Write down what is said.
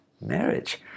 marriage